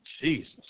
Jesus